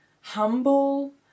humble